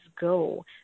go